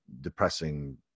depressing